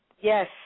Yes